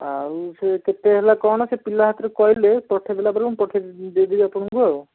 ଆଉ ସେ କେତେ ହେଲା କ'ଣ ସେ ପିଲା ହାତରେ କହିଲେ ପଠାଇଦେଲାପରେ ମୁଁ ପଠାଇ ଦେଇଦେବି ଆପଣଙ୍କୁ ଆଉ